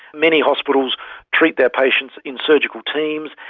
many hospitals treat their patients in surgical teams,